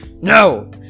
no